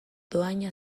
dohaina